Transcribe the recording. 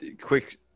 quick